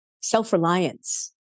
self-reliance